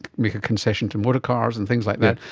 make a concession to motor cars and things like that.